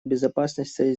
безопасности